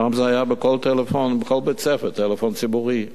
פעם היה בכל בית-ספר טלפון ציבורי,